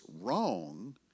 wrong